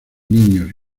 niños